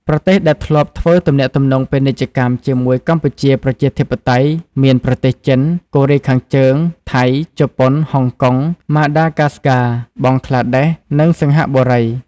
ប្រទេសដែលធ្លាប់ធ្វើទំនាក់ទំនងពាណិជ្ជកម្មជាមួយកម្ពុជាប្រជាធិបតេយ្យមាន ប្រទេសចិន កូរ៉េខាងជើង ថៃ ជប៉ុន ហុងកុង ម៉ាដាហ្គាស្កា បង់ក្លាដែស និងសិង្ហបុរី។